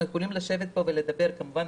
אנחנו יכולים לשבת פה ולדבר כמובן,